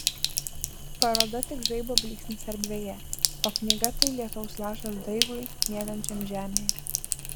paroda tik žaibo blyksnis erdvėje o knyga tai lietaus lašas daigui miegančiam žemėje